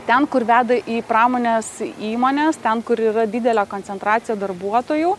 ten kur veda į pramonės įmones ten kur yra didelė koncentracija darbuotojų